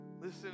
Listen